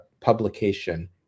publication